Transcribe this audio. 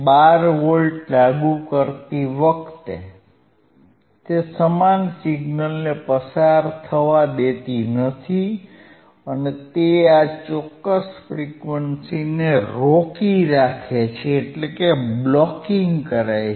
12 volt લાગુ કરતી વખતે તે સમાન સિગ્નલને પસાર થવા દેતી નથી અને તે આ ચોક્કસ ફ્રીક્વન્સીને રોકી રહી છે